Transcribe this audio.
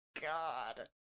god